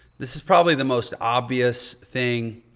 this is probably the most obvious thing